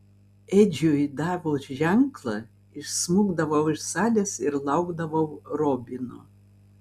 edžiui davus ženklą išsmukdavau iš salės ir laukdavau robino